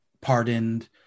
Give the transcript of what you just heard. pardoned